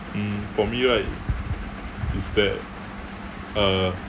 mm for me right is that uh